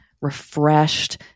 refreshed